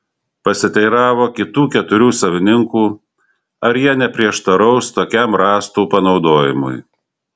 pasiteiravo kitų keturių savininkų ar jie neprieštaraus tokiam rąstų panaudojimui